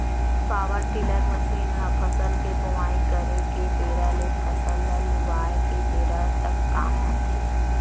power tiller machine ह फसल के बोवई करे के बेरा ले फसल ल लुवाय के बेरा तक काम आथे